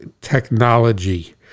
technology